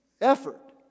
effort